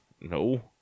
No